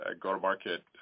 go-to-market